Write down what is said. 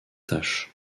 tâches